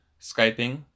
Skyping